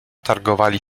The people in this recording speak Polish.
targowali